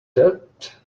debt